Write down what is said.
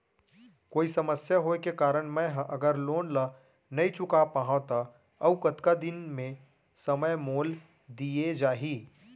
कोई समस्या होये के कारण मैं हा अगर लोन ला नही चुका पाहव त अऊ कतका दिन में समय मोल दीये जाही?